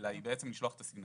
אלא היא לשלוח את הסיגנל.